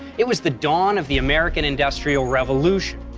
it was the dawn of the american industrial revolution.